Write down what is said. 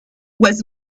was